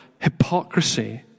hypocrisy